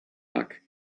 back